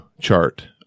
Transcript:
chart –